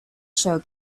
show